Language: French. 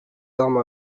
armes